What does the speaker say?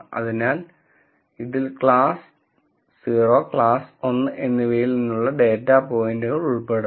അതിനാൽ ഇതിൽ class 0 class 1 എന്നിവയിൽ നിന്നുള്ള ഡാറ്റാ പോയിന്റുകൾ ഉൾപ്പെടുന്നു